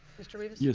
mr. rivas. yes!